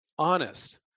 Honest